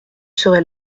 serai